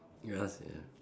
ya sia